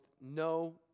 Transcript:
no